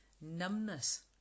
numbness